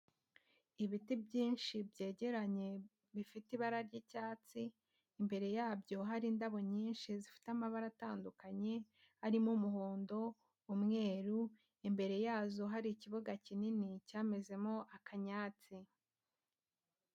Ibiti byinshi byegeranye bifite ibara ry'icyatsi, imbere yabyo hari indabo nyinshi zifite amabara atandukanye harimo umuhondo, umweru, imbere yazo hari ikibuga kinini cyamezemo akanyatsi.